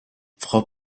frau